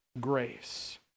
grace